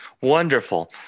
Wonderful